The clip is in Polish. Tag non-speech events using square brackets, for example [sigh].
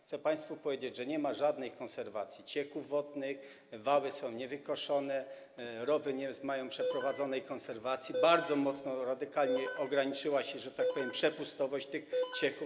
Chcę państwu powiedzieć, że nie ma żadnej konserwacji cieków wodnych, wały są niewykoszone, rowy nie mają przeprowadzonej konserwacji, [noise] bardzo mocno, radykalnie ograniczyła się przepustowość tych cieków.